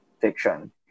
fiction